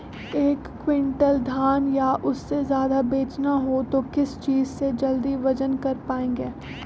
एक क्विंटल धान या उससे ज्यादा बेचना हो तो किस चीज से जल्दी वजन कर पायेंगे?